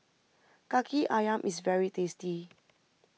Kaki Ayam is very tasty